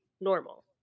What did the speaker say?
normal